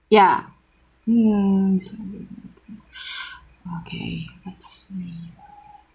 ya hmm okay that's me